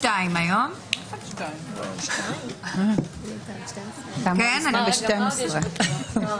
את החיסיון אבל רק להעביר את החומר לסנגור ולא